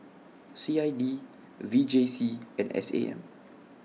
C I D V J C and S A M